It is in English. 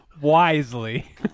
wisely